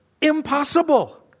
impossible